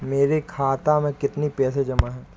मेरे खाता में कितनी पैसे जमा हैं?